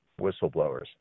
whistleblowers